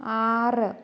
ആറ്